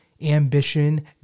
ambition